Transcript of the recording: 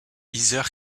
heather